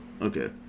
okay